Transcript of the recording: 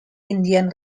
indian